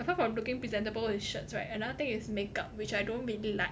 apart from looking presentable with shirts right another thing is make up which I don't really like